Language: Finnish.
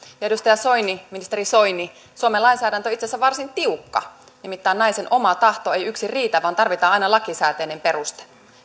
edustaja soini ministeri soini suomen lainsäädäntö on itse asiassa varsin tiukka nimittäin naisen oma tahto ei yksin riitä vaan tarvitaan aina lakisääteinen peruste